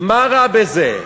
מה רע בזה?